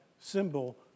symbol